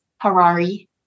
Harari